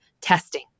testing